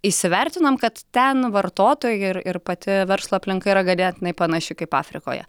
įsivertinom kad ten vartotojų ir ir pati verslo aplinka yra ganėtinai panaši kaip afrikoje